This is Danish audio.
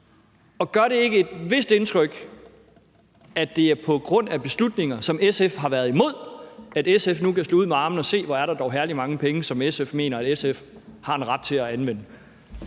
Gør det ikke et vist indtryk, at det er på grund af beslutninger, som SF har været imod, at SF nu kan slå ud med armene og se på, hvor mange herlige penge der er, som SF mener, at SF har en ret til at anvende?